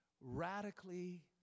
Radically